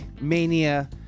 mania